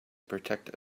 protect